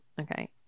Okay